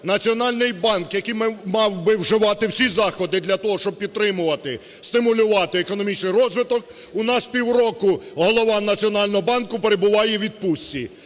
Національний банк, який мав би вживати всі заходи для того, щоб підтримувати, стимулювати економічний розвиток, у нас півроку голова Національного банку перебуває у відпустці,